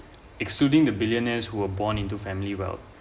excluding the billionaires who are born into family well